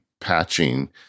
patching